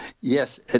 Yes